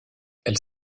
elle